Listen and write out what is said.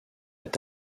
est